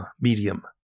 medium